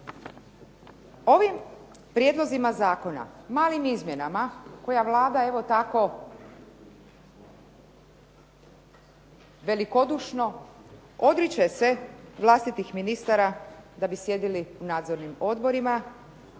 Ovim prijedlozima Zakona, malim izmjenama koje Vlada eto tako velikodušno odriče se vlastitih ministara da bi sjedili u nadzornim odborima